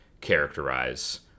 characterize